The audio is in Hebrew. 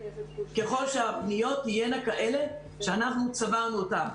ככל שהפניות תהיינה כאלה שאנחנו צברנו אותן.